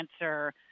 answer